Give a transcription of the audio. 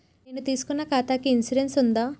నేను తీసుకున్న ఖాతాకి ఇన్సూరెన్స్ ఉందా?